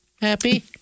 Happy